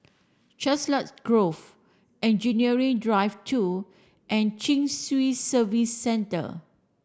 Chiselhurst Grove Engineering Drive two and Chin Swee Service Centre